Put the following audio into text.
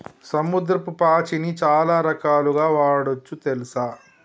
సముద్రపు పాచిని చాలా రకాలుగ వాడొచ్చు తెల్సా